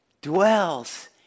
dwells